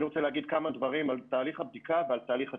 אני רוצה להגיד כמה דברים על ת הליך הבדיקה ועל תהליך התכנון.